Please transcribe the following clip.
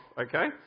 okay